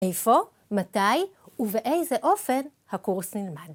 איפה, מתי ובאיזה אופן הקורס נלמד.